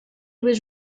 was